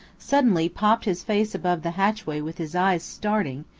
suddenly popped his face above the hatchway with his eyes starting,